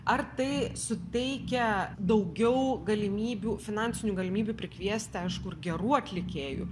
ar tai suteikia daugiau galimybių finansinių galimybių prikviesti aišku ir gerų atlikėjų